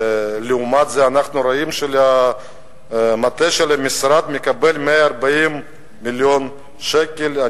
ולעומת זה אנחנו רואים שהמטה של המשרד מקבל 140 מיליון שקל.